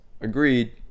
agreed